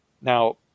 Now